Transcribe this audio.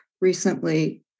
recently